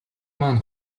маань